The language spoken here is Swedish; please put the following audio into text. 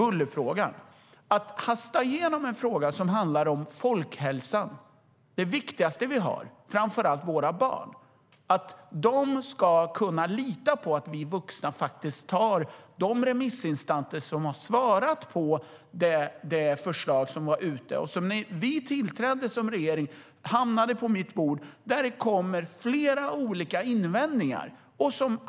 Det är en fråga som handlar om folkhälsan och om det viktigaste vi har - våra barn. De ska kunna lita på att vi vuxna faktiskt tar remissinstanserna på allvar. När vi tillträdde som regering hamnade remissvaren på vårt bord. Där finns det flera olika invändningar.